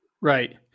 Right